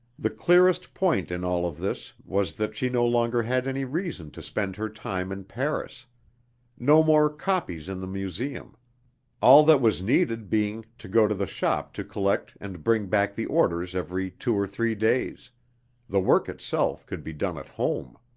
the clearest point in all of this was that she no longer had any reason to spend her time in paris no more copies in the museum all that was needed being, to go to the shop to collect and bring back the orders every two or three days the work itself could be done at home.